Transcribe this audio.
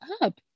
up